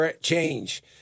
change